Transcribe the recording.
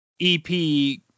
EP